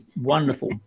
wonderful